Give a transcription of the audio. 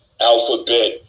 alphabet